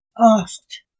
Asked